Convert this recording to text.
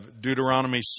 Deuteronomy